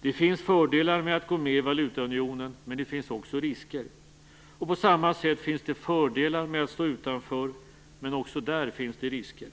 Det finns fördelar med att gå med i valutaunionen, men det finns också risker. På samma sätt finns det fördelar med att stå utanför, men också där finns det risker.